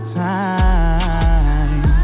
time